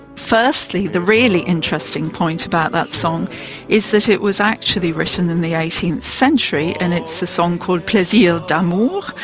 firstly, the really interesting point about that song is that it was actually written in the eighteenth century and it's a song called plaisir d'amour,